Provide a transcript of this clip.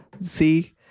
See